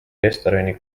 restorani